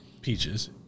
peaches